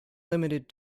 limited